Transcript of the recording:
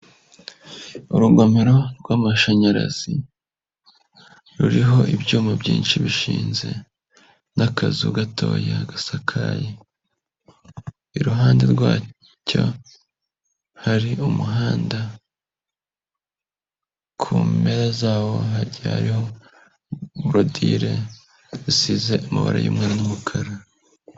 Urugomero rw'amashanyarazi, ruriho ibyuma byinshi bishinze n'akazu gatoya gasakaye, iruhande rwacyo hari umuhanda, ku mpera zawo hagiye hariho borudire, zisize amabara y'umwe n'umukara.